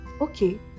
okay